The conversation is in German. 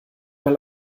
mal